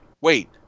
wait